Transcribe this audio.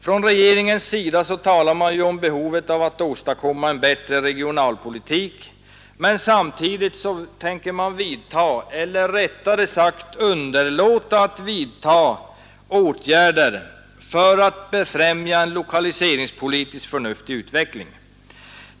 Från regeringens sida talar man om behovet av att åstadkomma en bättre regionalpolitik, men samtidigt tänker man vidta — eller rättare sagt underlåta att vidta — åtgärder för att befrämja en lokaliseringspolitiskt förnuftig utveckling.